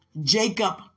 Jacob